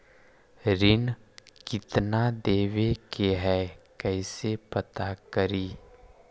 ऋण कितना देवे के है कैसे पता करी?